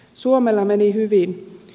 suomella meni hyvin